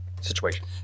situation